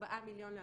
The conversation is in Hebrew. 4 מיליון ל-2019.